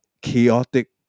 chaotic